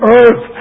earth